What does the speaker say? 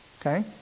Okay